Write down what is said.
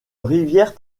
rivière